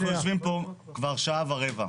אנחנו יושבים פה כבר שעה ורבע.